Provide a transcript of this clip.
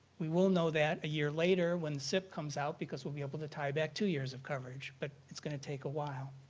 we will know that a year later when the sip comes out because we'll be able to tie back two years of coverage. but it's going to take a while.